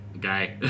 guy